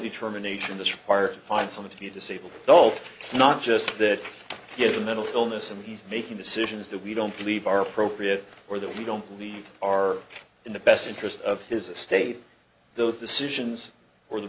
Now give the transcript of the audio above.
determination the part find some of the disabled adult not just that he has a mental illness and he's making decisions that we don't believe are appropriate or that we don't believe are in the best interest of his estate those decisions or the